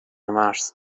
مرز